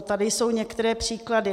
Tady jsou některé příklady.